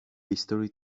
history